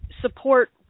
support